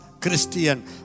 Christian